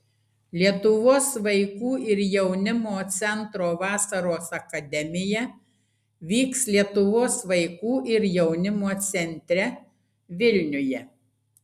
lietuvos vaikų ir jaunimo centro vasaros akademija vyks lietuvos vaikų ir jaunimo centre vilniuje